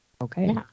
okay